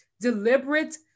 deliberate